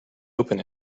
open